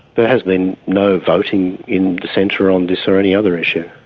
there has been no voting in the centre on this or any other issue.